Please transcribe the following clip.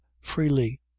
freely